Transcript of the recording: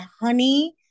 Honey